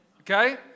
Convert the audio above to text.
okay